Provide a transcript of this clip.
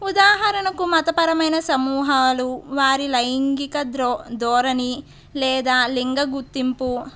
ఉదాహరణకు మతపరమైన సమూహాలు వారి లైంగిక ద్రో ధోరణి లేదా లింగ గుర్తింపు